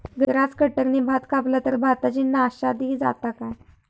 Grass कटराने भात कपला तर भाताची नाशादी जाता काय?